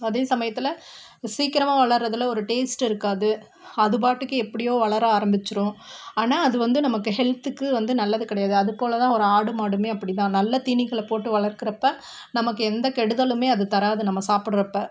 அதே சமயத்தில் சீக்கிரமாக வளர்றதில் ஒரு டேஸ்ட் இருக்காது அது பாட்டுக்கு எப்படியோ வளர ஆரம்பிச்சிடும் ஆனால் அது வந்து நமக்கு ஹெல்த்துக்கு வந்து நல்லது கிடையாது அது போல் தான் ஒரு ஆடு மாடுமே அப்படி தான் நல்ல தீனிகளைப் போட்டு வளர்க்கிறப்ப நமக்கு எந்த கெடுதலுமே அது தராது நம்ம சாப்பிடறப்ப